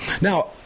Now